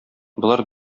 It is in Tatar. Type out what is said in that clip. болар